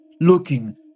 looking